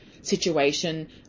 situation